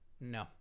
No